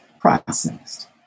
processed